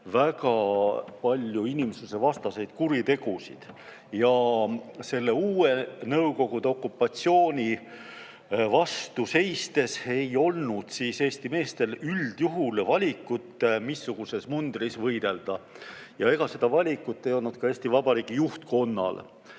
väga palju inimsusevastaseid kuritegusid. Selle uue Nõukogude okupatsiooni vastu seistes ei olnud Eesti meestel üldjuhul valikut, missuguses mundris võidelda. Ja ega seda valikut ei olnud ka Eesti Vabariigi juhtkonnal.